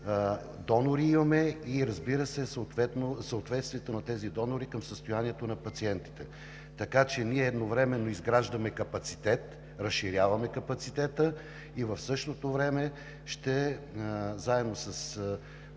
донори имаме, и, разбира се, съответствието на тези донори към състоянието на пациентите. Така че ние едновременно изграждаме капацитет, разширяваме капацитета и в същото време заедно с